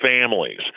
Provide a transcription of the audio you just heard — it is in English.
families